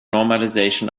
normalization